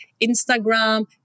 Instagram